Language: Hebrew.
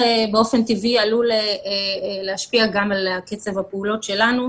היו הרבה בעיות לגבי איכון מיקום ב"מגן 1". מאיפה המידע שבגלל השב"כ אנשים הסירו?